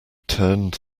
turned